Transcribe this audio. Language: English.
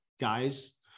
guys